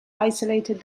isolated